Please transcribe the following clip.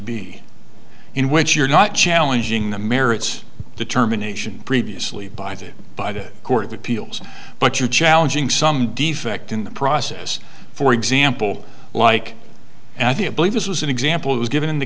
b in which you're not challenging the merits determination previously by the by the court of appeals but you're challenging some defect in the process for example like at the a believe this was an example was given in the